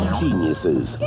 geniuses